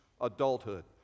adulthood